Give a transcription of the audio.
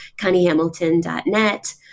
ConnieHamilton.net